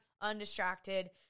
undistracted